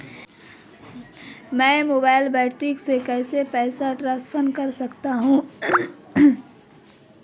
मैं mobile banking से पैसे कैसे ट्रांसफर कर सकता हूं?